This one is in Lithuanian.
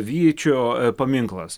vyčio paminklas